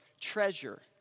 treasure